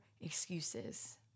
excuses